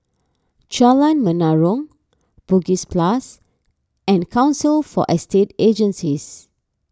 Jalan Menarong Bugis Plus and Council for Estate Agencies